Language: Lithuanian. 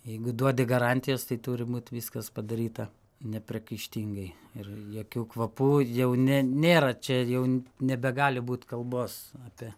jeigu duodi garantijas tai turi būt viskas padaryta nepriekaištingai ir jokių kvapų jau ne nėra čia jau nebegali būt kalbos apie